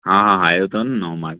हा हा आहियो अथव नओं माल